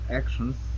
actions